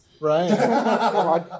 Right